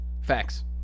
Facts